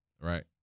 Right